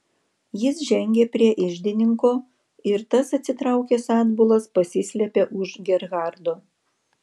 jis žengė prie iždininko ir tas atsitraukęs atbulas pasislėpė už gerhardo